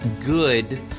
good